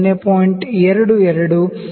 22 ಇದು 49